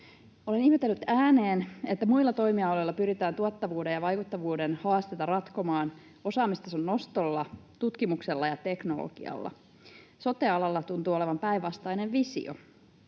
Olen ihmetellyt ääneen, että muilla toimialoilla pyritään tuottavuuden ja vaikuttavuuden haasteita ratkomaan osaamistason nostolla, tutkimuksella ja teknologialla. Sote-alalla tuntuu olevan päinvastainen visio.